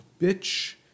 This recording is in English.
bitch